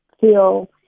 feel